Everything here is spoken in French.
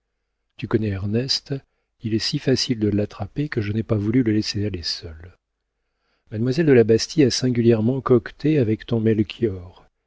tu connais ernest il est si facile de l'attraper que je n'ai pas voulu le laisser aller seul mademoiselle de la bastie a singulièrement coqueté avec ton